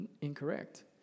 incorrect